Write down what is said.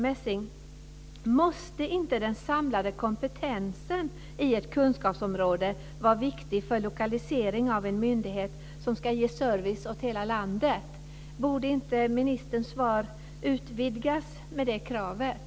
Måste inte den samlade kompetensen på ett kunskapsområde vara viktig för lokalisering av en myndighet som ska ge service åt hela landet? Borde inte ministerns svar utvidgas med det kravet?